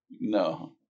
no